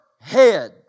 head